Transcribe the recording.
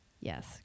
Yes